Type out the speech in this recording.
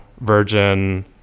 virgin